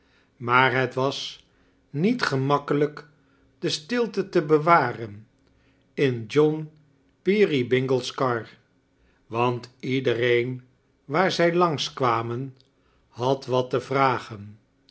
maar het was niet gemakkelijk de stilte te bewaren in john peerybingle's kar want iedereen waar zij langs kwamen had wat te vragem